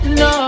no